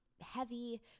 heavy